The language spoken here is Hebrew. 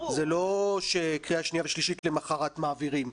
זה לא שקריאה שנייה ושלישית למחרת מעבירים,